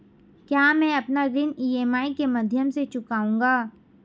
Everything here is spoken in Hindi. क्या मैं अपना ऋण ई.एम.आई के माध्यम से चुकाऊंगा?